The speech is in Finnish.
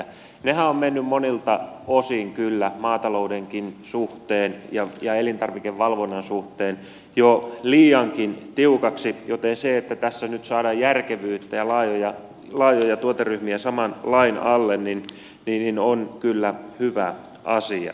nehän ovat menneet monilta osin kyllä maataloudenkin suhteen ja elintarvikevalvonnan suhteen jo liiankin tiukoiksi joten se että tässä nyt saadaan järkevyyttä ja laajoja tuoteryhmiä saman lain alle on kyllä hyvä asia